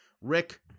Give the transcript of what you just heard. Rick